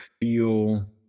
feel